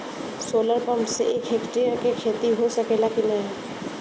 Solar pump से एक hectare क खेती हो सकेला की नाहीं?